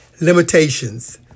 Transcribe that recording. Limitations